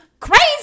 crazy